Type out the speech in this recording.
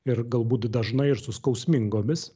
ir galbūt dažnai ir su skausmingomis